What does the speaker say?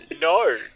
No